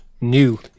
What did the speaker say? New